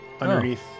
underneath